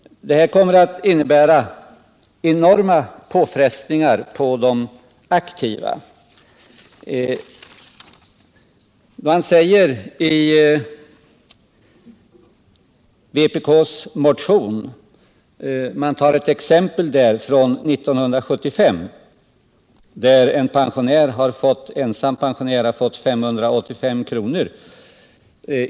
Detta kommer att innebära enorma påfrestningar på de aktiva. I vpk:s motion tar man upp ett exempel från 1975 och säger att en ensam pensionär det året fick 585 kr.